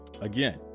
Again